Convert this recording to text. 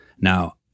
Now